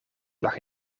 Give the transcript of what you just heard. lag